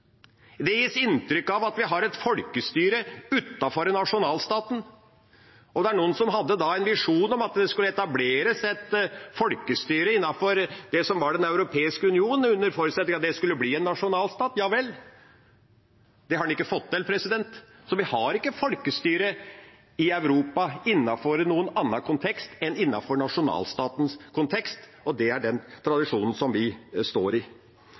Det gis inntrykk av at vi har et folkestyre utenfor nasjonalstaten. Noen hadde en visjon om at det skulle etableres et folkestyre innenfor det som var Den europeiske union, under forutsetning av at det skulle bli en nasjonalstat. Ja vel, men det har en ikke fått til, så vi har ikke folkestyre i Europa innenfor noen annen kontekst enn nasjonalstatens kontekst, og det er den tradisjonen vi står i.